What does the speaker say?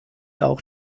auch